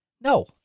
No